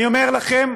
אני אומר לכם,